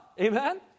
Amen